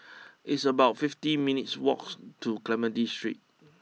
it's about fifty minutes' walks to Clementi Street